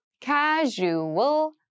Casual